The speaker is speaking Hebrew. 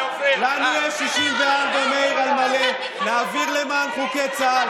מאיר, לנו יש 64 על מלא להעביר למען חוקי צה"ל.